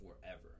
forever